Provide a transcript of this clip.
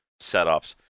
setups